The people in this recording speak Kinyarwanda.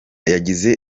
yagize